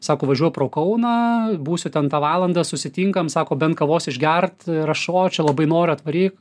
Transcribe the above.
sako važiuoju pro kauną būsiu ten tą valandą susitinkam sako bent kavos išgert ir aš o čia labai noriu atvaryk